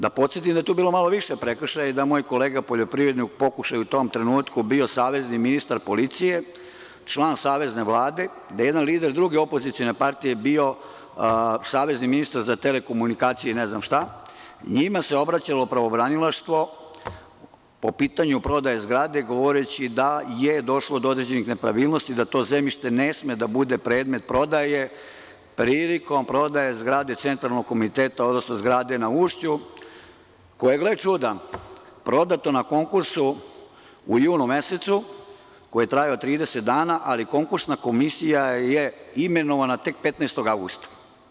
Da podsetim da je tu bilo malo više prekršaja i da je moj kolega poljoprivrednik u pokušaju u tom trenutku bio savezni ministar policije, član Savezne vlade, da je jedan lider druge opozicione partije bio savezni ministar za telekomunikacije i ne znam šta i njima se obraćalo pravobranilaštvo po pitanju prodaje zgrade, govoreći da je došlo do određenih nepravilnosti, da to zemljište ne sme da bude predmet prodaje prilikom prodaje zgrade Centralnog komiteta, odnosno zgrade na Ušću, koja je, gle čuda, prodato na konkursu u junu mesecu, koji je trajao 30 dana, ali konkursna komisija je imenovana tek 15. avgusta.